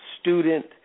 student